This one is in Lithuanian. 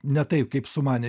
ne taip kaip sumanė